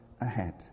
ahead